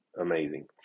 amazing